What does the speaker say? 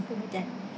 just put there